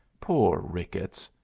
poor ricketts!